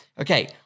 Okay